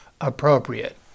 appropriate